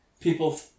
people